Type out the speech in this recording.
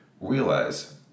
realize